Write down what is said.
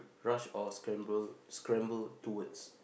rush or scramble scramble towards